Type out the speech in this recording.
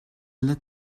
lit